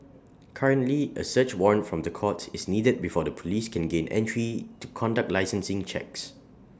currently A search warrant from the courts is needed before the Police can gain entry to conduct licensing checks